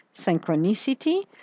synchronicity